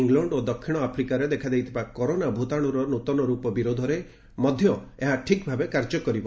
England ଓ ଦକ୍ଷିଣ ଆଫ୍ରିକାରେ ଦେଖାଦେଇଥିବା କରୋନା ଭୂତାଣୁର ନୃତନ ରୂପ ବିରୋଧରେ ମଧ୍ୟ ଏହା ଠିକ୍ ଭାବେ କାର୍ଯ୍ୟ କରିବ